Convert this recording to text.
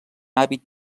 hàbit